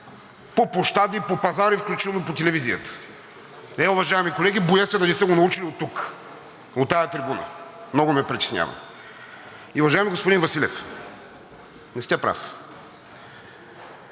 по площади, по пазари, включително по телевизията. Е, уважаеми колеги, боя се дали са го научили оттук, от тази трибуна. Много ме притеснява. И, уважаеми господин Василев, не сте прав.